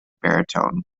baritone